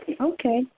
Okay